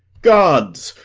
gods!